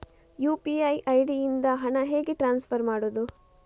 UPI ID ಇಂದ ಹಣ ಹೇಗೆ ಟ್ರಾನ್ಸ್ಫರ್ ಮಾಡುದು?